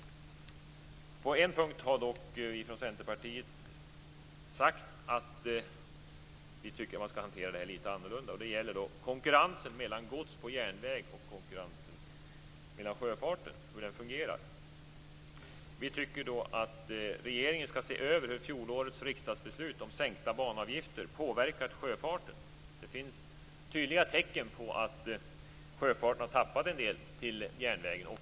På en punkt har dock vi från Centerpartiet sagt att vi tycker att man skall hantera det här lite annorlunda, och det gäller konkurrensen mellan gods på järnväg och sjöfart, hur den fungerar. Vi tycker att regeringen skall se över hur fjolårets riksdagsbeslut om sänkta banavgifter har påverkat sjöfarten. Det finns tydliga tecken på att sjöfarten har tappat en del till järnvägen.